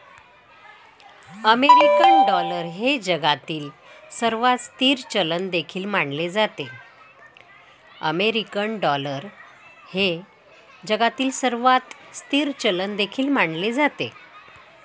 American dollar हे जगातील सर्वात स्थिर चलन देखील मानले जाते